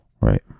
Right